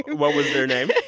and what was their name?